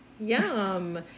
Yum